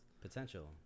Potential